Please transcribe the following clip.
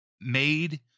made